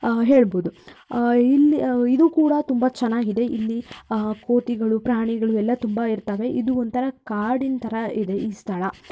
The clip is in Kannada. ಹೇಳ್ಬೋದು ಇಲ್ಲಿ ಇದು ಕೂಡ ತುಂಬ ಚೆನ್ನಾಗಿದೆ ಇಲ್ಲಿ ಕೋತಿಗಳು ಪ್ರಾಣಿಗಳು ಎಲ್ಲ ತುಂಬ ಇರ್ತವೆ ಇದು ಒಂಥರ ಕಾಡಿನ ಥರ ಇದೆ ಈ ಸ್ಥಳ